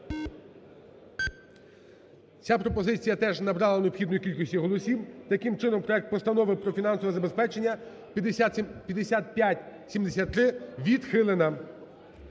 Ця пропозиція теж не набрала необхідної кількості голосів. Таким чином проект Постанови про фінансове забезпечення 5573 відхилена.